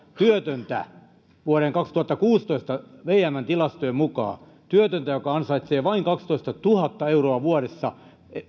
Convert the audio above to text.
vuoden kaksituhattakuusitoista vmn tilastojen mukaan työtöntä joka ansaitsee vain kaksitoistatuhatta euroa vuodessa